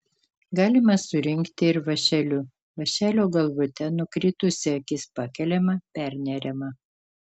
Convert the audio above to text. galima surinkti ir vąšeliu vąšelio galvute nukritusi akis pakeliama perneriama